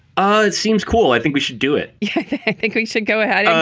ah it seems cool. i think we should do it. yeah, i think we should. go ahead.